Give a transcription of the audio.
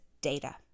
data